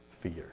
fear